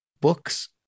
books